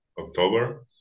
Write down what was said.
October